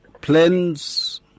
plans